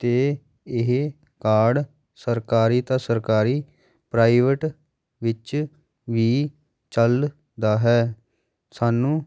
ਅਤੇ ਇਹ ਕਾਰਡ ਸਰਕਾਰੀ ਤਾਂ ਸਰਕਾਰੀ ਪ੍ਰਾਈਵੇਟ ਵਿੱਚ ਵੀ ਚਲਦਾ ਹੈ ਸਾਨੂੰ